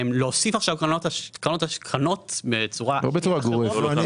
להוסיף עכשיו קרנות בצורה גורפת --- לא בצורה גורפת.